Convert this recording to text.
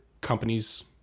companies